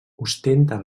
ostenta